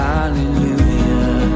Hallelujah